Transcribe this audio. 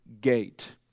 gate